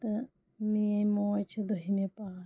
تہٕ میٛٲنۍ موج چھِ دٔہمہِ پاس